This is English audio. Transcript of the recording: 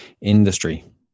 industry